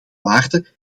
waarden